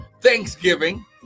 thanksgiving